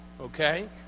okay